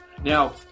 Now